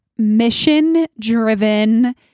mission-driven